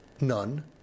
None